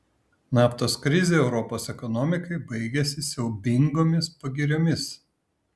naftos krizė europos ekonomikai baigėsi siaubingomis pagiriomis